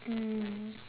mm